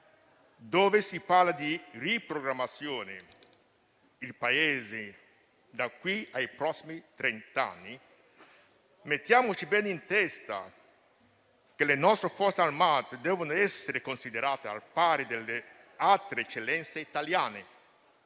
cui si parla di riprogrammare il Paese da qui ai prossimi trent'anni, mettiamoci bene in testa che le nostre Forze armate devono essere considerate al pari delle altre eccellenze italiane.